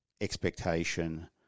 expectation